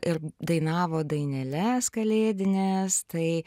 ir dainavo daineles kalėdines tai